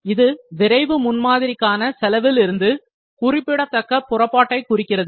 இது விரைவு முன்மாதிரிக்கான செலவில் இருந்து குறிப்பிடத்தக்க புறப்பாட்டைக் குறிக்கிறது